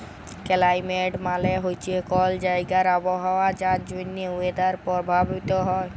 climate মালে হছে কল জাইগার আবহাওয়া যার জ্যনহে ওয়েদার পরভাবিত হ্যয়